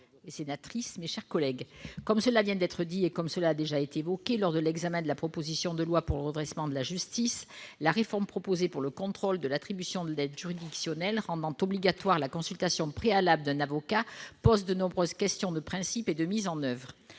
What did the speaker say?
l'amendement n° 300 rectifié. Comme cela vient d'être dit et comme cela a été évoqué lors de l'examen de la proposition de loi pour le redressement de la justice, la réforme proposée pour le contrôle de l'attribution de l'aide juridictionnelle rendant obligatoire la consultation préalable d'un avocat pose de nombreuses questions de principe et de mise en oeuvre.